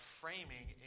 framing